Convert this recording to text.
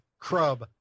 Crub